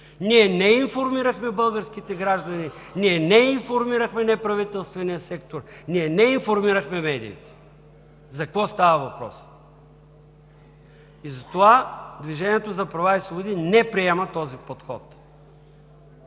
Ние не информирахме българските граждани, ние не информирахме неправителствения сектор, ние не информирахме медиите за какво става въпрос. Затова „Движението за права и свободи“ не приема този подход